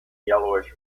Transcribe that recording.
yellowish